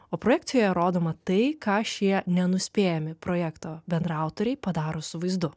o projekcijoje rodoma tai ką šie nenuspėjami projekto bendraautoriai padaro su vaizdu